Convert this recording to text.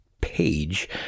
Page